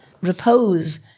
repose